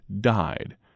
died